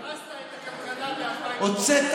הרסת